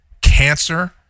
cancer